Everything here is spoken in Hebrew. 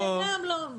זה לא רע בכלל.